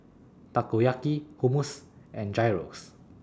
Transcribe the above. Takoyaki Hummus and Gyros